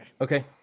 Okay